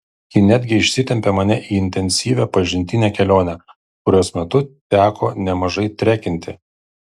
ji netgi išsitempė mane į intensyvią pažintinę kelionę kurios metu teko nemažai trekinti